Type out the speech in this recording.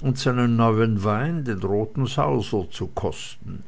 und seinen neuen wein den roten sauser zu kosten